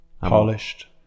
Polished